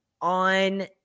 on